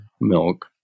milk